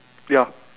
yup